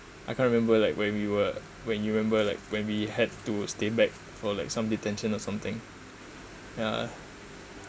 I can't remember like when we were when you remember like when we had to stay back for like some detention or something yeah